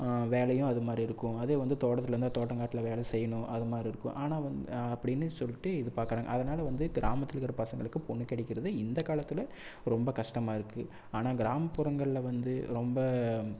வேலையும் அது மாதிரி இருக்கும் அதே வந்து தோட்டத்தில் இருந்தால் தோட்டம் காட்டில் வேலை செய்யணும் அது மாதிரி இருக்கும் ஆனால் வந்து அப்படின்னு சொல்லிட்டு எதிர்பாக்கிறாங்க அதனால் வந்து கிராமத்தில் இருக்கிற பசங்களுக்கு பொண்ணு கிடைக்கிறது இந்தக் காலத்தில் ரொம்பக் கஷ்டமாக இருக்குது ஆனால் கிராமப்புறங்களில் வந்து ரொம்ப